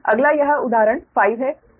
अगला यह उदाहरण 5 है